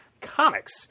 Comics